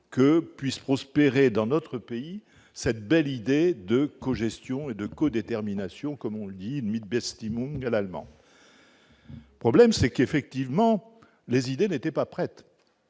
que puisse prospérer dans notre pays, cette belle idée de cogestion et de co-détermination, comme on le dit Mike Beastie Mondial allemand. Problème, c'est qu'effectivement les idées n'étaient pas prêtes,